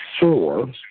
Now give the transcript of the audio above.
four